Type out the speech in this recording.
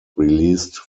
released